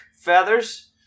feathers